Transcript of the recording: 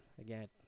again